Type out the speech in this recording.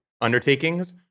undertakings